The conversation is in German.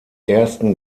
ersten